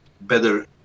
better